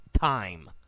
time